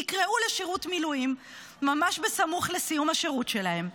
נקראו לשירות מילואים ממש סמוך לסיום השירות שלהם.